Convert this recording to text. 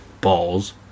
balls